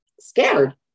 scared